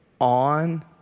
On